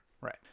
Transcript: Right